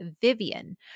Vivian